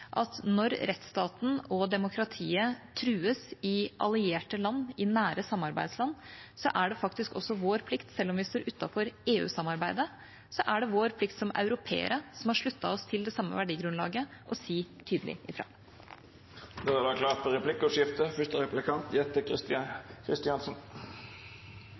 at når rettsstaten og demokratiet trues i allierte land, i nære samarbeidsland, er det – selv om vi står utenfor EU-samarbeidet – vår plikt som europeere, som har sluttet seg til det samme verdigrunnlaget, å si tydelig